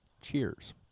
Cheers